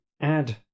add